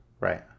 right